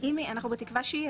אנחנו בתקווה שיהיה.